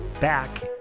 back